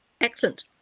Excellent